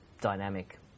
dynamic